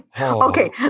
Okay